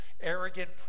arrogant